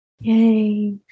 Yay